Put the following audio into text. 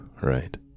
right